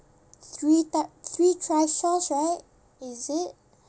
three typ~ three trishaws right is it